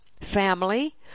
family